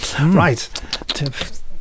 Right